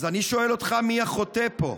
אז אני שואל אותך מי החוטא פה.